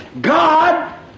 God